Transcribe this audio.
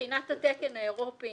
מבחינת התקן האירופי